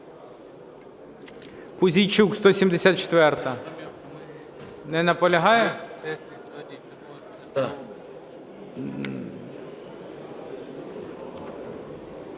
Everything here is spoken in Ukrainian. Пузійчук, 174-а. Не наполягає?